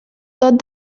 tot